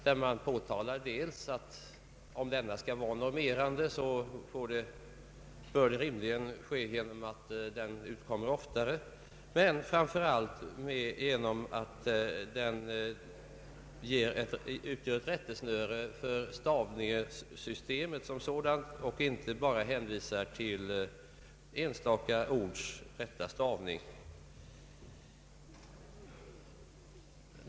De påtalar att om denna skall vara normerande bör den rimligen utkomma oftare, men framför allt bör den utgöra ett rättesnöre för stavningssystemet som sådant och inte bara föreskriva enstaka ords rätta stavning.